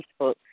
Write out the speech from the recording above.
Facebook